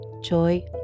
joy